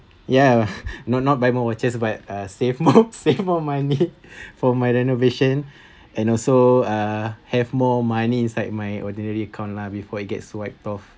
yeah not not buy more watches but uh save more save more money for my renovation and also uh have more money inside my ordinary account lah before it gets swiped off